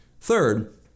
Third